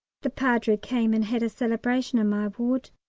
the padre came and had a celebration in my ward.